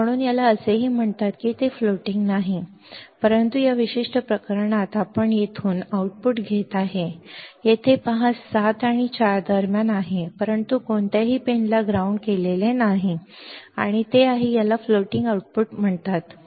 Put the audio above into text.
म्हणून याला असेही म्हणतात की ते फ्लोटिंग नाही परंतु या विशिष्ट प्रकरणात आपण येथून आउटपुट घेत आहात आणि येथे पहा जे 7 ते 4 दरम्यान आहे परंतु कोणत्याही पिनला ग्राउंड केलेले नाही आणि ते आहे याला फ्लोटिंग आउटपुट का म्हणतात ठीक आहे